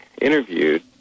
interviewed